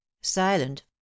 Silent